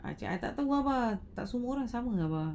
ah I cakap tak [tau] lah bapa tak semua orang sama ah bapa